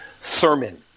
sermon